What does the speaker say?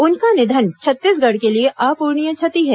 उनका निधन छत्तीसगढ़ के लिए अपूरणीय क्षति है